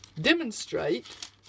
demonstrate